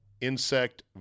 insect